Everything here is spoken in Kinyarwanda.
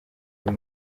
uyu